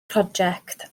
project